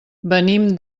venim